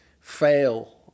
fail